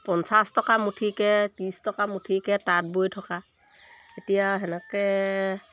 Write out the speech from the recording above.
পঞ্চাছ টকা মুঠিকৈ ত্ৰিছ টকা মুঠিকৈ তাঁত বৈ থকা এতিয়া তেনেকৈ